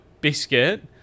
biscuit